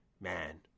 man